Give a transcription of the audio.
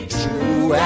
true